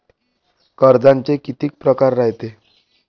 कर्जाचे कितीक परकार रायते?